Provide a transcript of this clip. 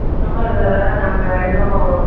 சுத்தமாக இருந்தால் தானே நாங்கள் இன்னும்